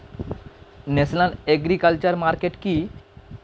National agriculture market কি?